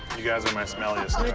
you guys are my smelliest